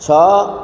ଛଅ